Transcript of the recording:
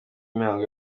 mihango